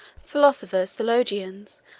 philosophers, theologians,